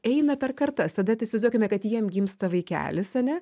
eina per kartas tada tai įsivaizduokime kad jiem gimsta vaikelis ane